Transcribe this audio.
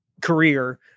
career